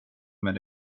med